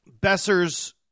Besser's